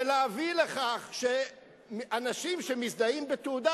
ולהביא לכך שאנשים שמזדהים בתעודה,